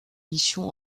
missions